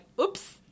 oops